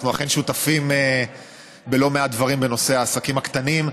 אנחנו אכן שותפים בלא מעט דברים בנושא העסקים הקטנים,